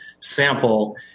sample